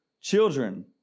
children